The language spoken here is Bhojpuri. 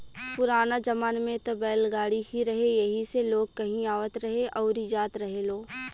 पुराना जमाना में त बैलगाड़ी ही रहे एही से लोग कहीं आवत रहे अउरी जात रहेलो